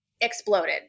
exploded